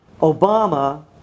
Obama